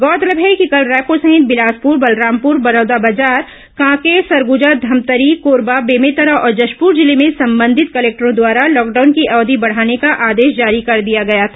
गौरतलब है कि कल रायपुर सहित बिलासपुर बलरामपुर बलौदाबाजार कांकेर सरगुजा धमतरी कोरबा बेमेतरा और जशपुर जिले में संबंधित कलेक्टरों द्वारा लॉकडाउन की अवधि बढ़ाने का आदेश जारी कर दिया गया था